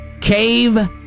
Cave